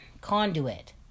conduit